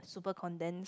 super condensed